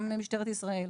גם משטרת ישראל,